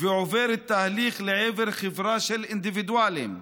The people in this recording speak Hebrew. ועוברת תהליך לעבר חברה של אינדיבידואלים,